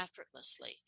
effortlessly